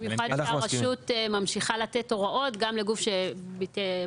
במיוחד כשהרשות ממשיכה לתת הוראות, גם לגוף שבוטל.